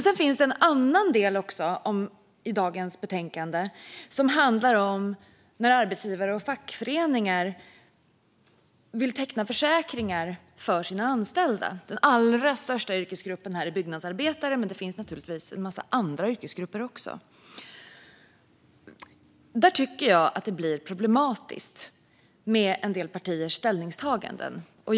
Sedan finns det en annan del i dagens betänkande som handlar om när arbetsgivare tillsammans med fackföreningar vill teckna försäkringar för sina anställda. Den allra största yrkesgruppen här är byggnadsarbetare, men det finns naturligtvis en massa andra yrkesgrupper också. Där tycker jag att en del partiers ställningstaganden blir problematiska.